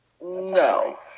No